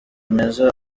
meza